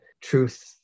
truth